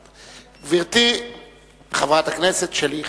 גברתי חברת הכנסת שלי יחימוביץ,